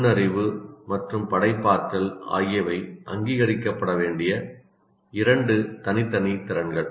நுண்ணறிவு மற்றும் படைப்பாற்றல் ஆகியவை அங்கீகரிக்கப்பட வேண்டிய இரண்டு தனித்தனி திறன்கள்